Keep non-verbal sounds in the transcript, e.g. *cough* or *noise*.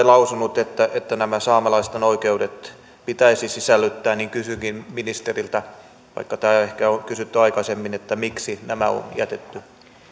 *unintelligible* lausunut että nämä saamelaisten oikeudet pitäisi sisällyttää kysynkin ministeriltä vaikka tämä on ehkä kysytty aikaisemmin miksi nämä on jätetty